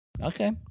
Okay